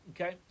okay